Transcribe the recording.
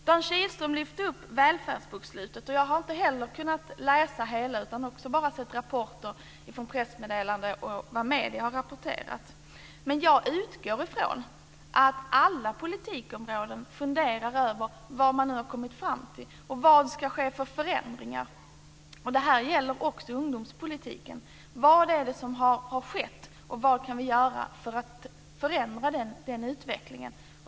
Dan Kihlström lyfte upp välfärdsbokslutet. Jag har inte heller kunnat läsa hela detta utan har bara sett pressmeddelanden och vad medierna har rapporterat. Men jag utgår från att det inom alla politikområden funderas över vad man nu har kommit fram till och vilka förändringar som ska ske. Det här gäller också ungdomspolitiken: Vad är det som har skett, och vad kan vi göra för att förändra utvecklingen?